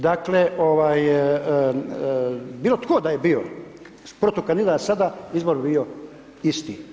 Dakle, ovaj, bilo tko da je bio protukandidat sada, izbor bi bio isti.